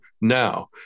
now